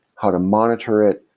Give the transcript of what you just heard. how to monitor it,